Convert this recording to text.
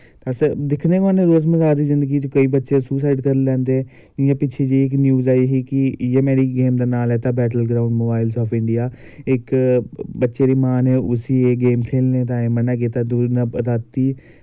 अस दिक्खने गै होने रोज़मरा दी जिन्दगी च केई बच्चे सुसाईड़ करी लैंदे जि'यां पिच्छें जेह् इक्क न्यूज़ आई ही कि इयां न्हाड़ी गेम दा नांऽ लैता battle grounds mobile of India इक बच्चे दी मां नै उसी एह् गेम खेलने तांईं मना कीता ते उन्नै राती